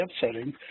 setting